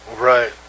Right